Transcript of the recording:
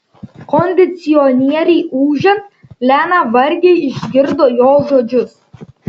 kondicionieriui ūžiant lena vargiai išgirdo jo žodžius